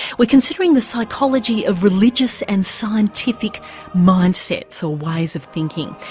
we're considering the psychology of religious and scientific mind-sets, or ways of thinking,